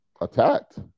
Attacked